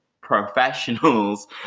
professionals